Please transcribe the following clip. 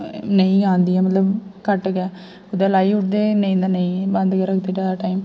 नेईं आंदी ऐ मतलब कट गै कदें लाई ओड़दे नेईं तां नेईं बंद गै रौहंदी जादा टाइम